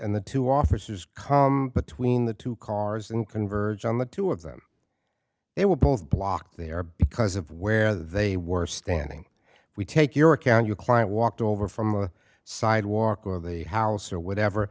and the two officers between the two cars and converge on the two of them they were both blocked there because of where they were standing if we take your account your client walked over from the sidewalk of the house or whatever